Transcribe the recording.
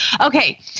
Okay